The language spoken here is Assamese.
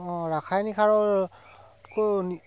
অ ৰাসায়নিক সাৰতকৈ